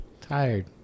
Tired